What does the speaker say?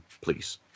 please